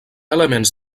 elements